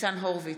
ניצן הורוביץ,